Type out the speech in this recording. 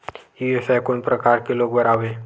ई व्यवसाय कोन प्रकार के लोग बर आवे?